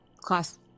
class